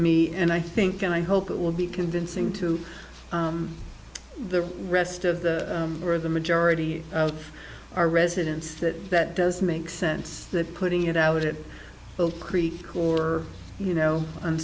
me and i think and i hope it will be convincing to the rest of the for the majority of our residents that that does make sense that putting it out it will creak or you know